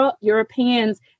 Europeans